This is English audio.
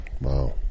Wow